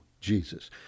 Jesus